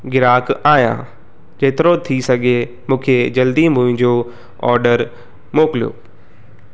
ग्राहक आहियां जेतिरो थी सघे मूंखे जल्दी मुंहिंजो ऑडर मोकिलियो